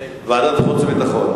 ועדת החוץ והביטחון.